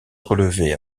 relever